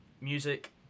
music